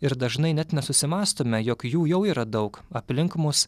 ir dažnai net nesusimąstome jog jų jau yra daug aplink mus